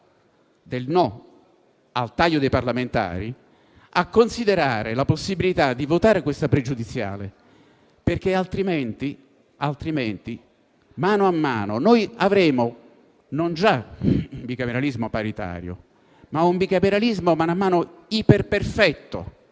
del no al taglio dei parlamentari a considerare la possibilità di votare questa pregiudiziale, altrimenti, mano a mano, avremo non già un bicameralismo paritario, ma uno iperperfetto,